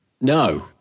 no